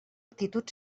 actitud